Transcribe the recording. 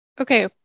Okay